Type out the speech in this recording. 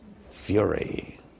Fury